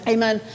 Amen